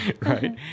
right